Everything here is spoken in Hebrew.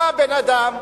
בא אדם,